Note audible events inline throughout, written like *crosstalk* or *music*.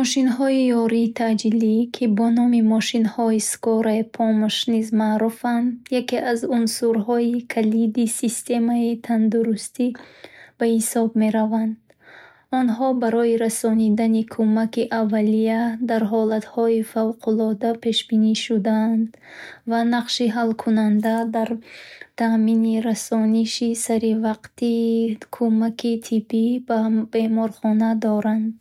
Мошинҳои ёрии таъҷилӣ, ки бо номи мошинҳои “скорая помощь” низ маъруфанд, яке аз унсурҳои калиди системаи тандурустӣ ба ҳисоб мераванд. Онҳо барои расонидани кӯмаки авалия дар ҳолатҳои фавқулодда пешбинӣ шудаанд ва нақши ҳалкунанда дар таъмини расониши саривақтии кӯмаки тиббӣ ба беморхона доранд.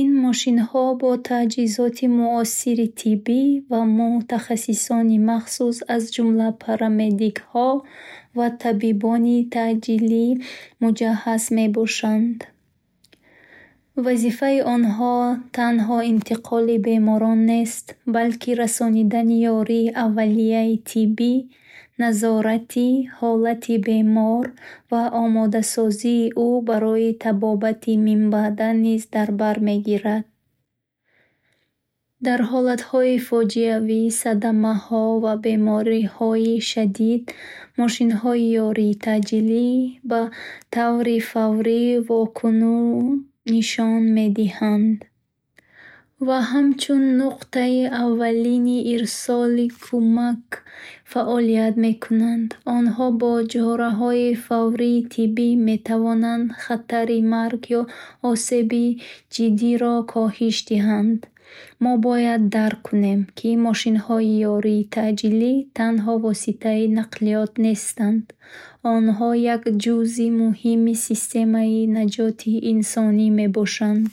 Ин мошинҳо бо таҷҳизоти муосири тиббӣ ва мутахассисони махсус, аз ҷумла парамедикҳо ва табибони таъҷилӣ, муҷаҳҳаз мебошанд. Вазифаи онҳо танҳо интиқоли беморон нест, балки расонидани ёрии аввалияи тиббӣ, назорати ҳолати бемор ва омодасозии ӯ барои табобати минбаъда низ дар бар мегирад. Дар ҳолатҳои фоҷиавӣ, садамаҳо ва бемориҳои шадид, мошинҳои ёрии таъҷилӣ ба таври фаврӣ воку *hesitation* нишон медиҳанд ва ҳамчун нуқтаи аввалини ирсоли кӯмак фаъолият мекунанд. Онҳо бо чораҳои фаврии тиббӣ метавонанд хатари марг ё осеби ҷиддиро коҳиш диҳанд. Мо бояд дарк кунем, ки мошинҳои ёрии таъҷилӣ танҳо воситаи нақлиёт нестанд онҳо як ҷузъи муҳими системаи наҷоти инсонӣ мебошанд.